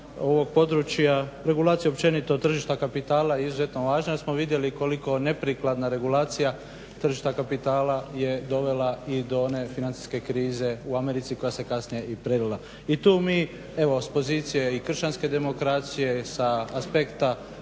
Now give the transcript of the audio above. ovog područja, regulacija općenito tržišta kapitala izuzetno važna jer smo vidjeli koliko neprikladna regulacija tržišta kapitala je dovela i do one financijske krize u Americi koja se kasnije i prelila. I tu mi evo s pozicije i kršćanske demokracije, s aspekta